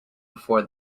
before